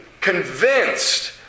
convinced